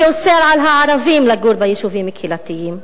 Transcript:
שאוסר על הערבים לגור ביישובים הקהילתיים,